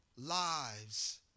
Lives